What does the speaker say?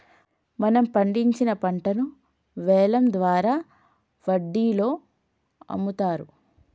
మనం పండించిన పంటను వేలం ద్వారా వాండిలో అమ్ముతారు